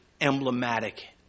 emblematic